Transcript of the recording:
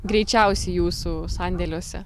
greičiausiai jūsų sandėliuose